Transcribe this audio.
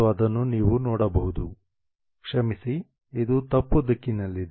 ಮತ್ತು ಅದನ್ನು ನೀವು ನೋಡಬಹುದು ಕ್ಷಮಿಸಿ ಇದು ತಪ್ಪು ದಿಕ್ಕಿನಲ್ಲಿದೆ